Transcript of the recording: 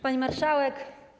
Pani Marszałek!